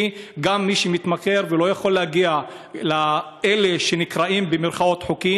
כי גם מי שמתמכר ולא יכול להגיע לאלה שנקראים "חוקיים",